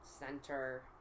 Center